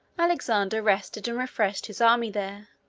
alexander rested and refreshed his army there,